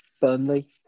Burnley